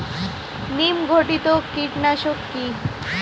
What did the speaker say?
নিম ঘটিত কীটনাশক কি?